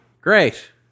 Great